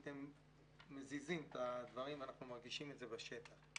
הם מזיזים את הדברים ואנחנו מרגישים את זה בשטח.